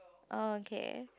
oh okay